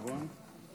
ירון,